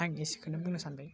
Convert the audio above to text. आं एसेखौनो बुंनो सानबाय